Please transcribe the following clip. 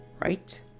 right